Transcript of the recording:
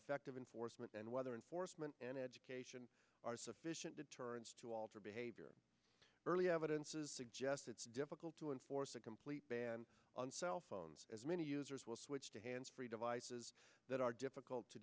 effective enforcement and whether enforcement and education are sufficient deterrents to alter behavior early evidences suggest it's difficult to enforce a complete ban on cell phones as many users will switch to hands free devices that are difficult to